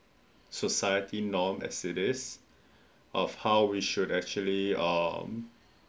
society norm as it is of how we should actually um